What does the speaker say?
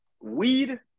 weed